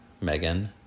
Megan